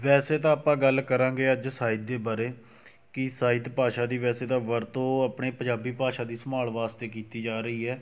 ਵੈਸੇ ਤਾਂ ਆਪਾਂ ਗੱਲ ਕਰਾਂਗੇ ਅੱਜ ਸਾਹਿਤ ਦੇ ਬਾਰੇ ਕਿ ਸਾਹਿਤ ਭਾਸ਼ਾ ਦੀ ਵੈਸੇ ਤਾਂ ਵਰਤੋਂ ਆਪਣੇ ਪੰਜਾਬੀ ਭਾਸ਼ਾ ਦੀ ਸੰਭਾਲ ਵਾਸਤੇ ਕੀਤੀ ਜਾ ਰਹੀ ਹੈ